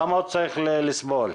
למה הוא צריך לסבול?